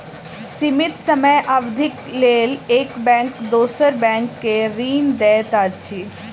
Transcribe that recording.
सीमित समय अवधिक लेल एक बैंक दोसर बैंक के ऋण दैत अछि